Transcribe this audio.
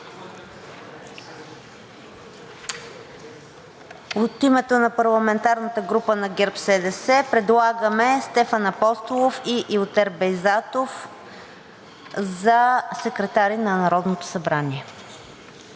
От името на парламентарната група на ГЕРБ-СДС предлагаме Стефан Апостолов и Илтер Бейзатов за секретари на Народното събрание.